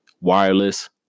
wireless